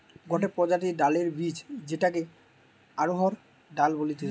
গটে প্রজাতির ডালের বীজ যেটাকে অড়হর ডাল বলতিছে